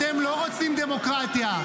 אתם לא רוצים דמוקרטיה.